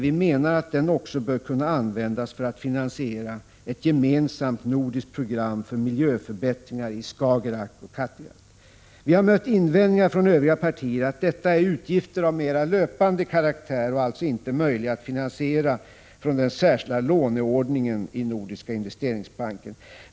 Vi menar att den också bör kunna användas för att finansiera ett gemensamt nordiskt program för miljöförbättringar i Skagerrak och Kattegatt. Vi har mött invändningar från övriga partier, att detta är utgifter av löpande karaktär, som alltså inte är möjliga att finansiera från den särskilda låneordningen i Nordiska investeringsbanken.